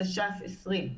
התש"ף-2020,